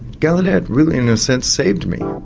gallaudet really in a sense saved me.